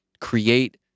create